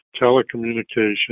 telecommunications